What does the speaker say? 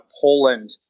Poland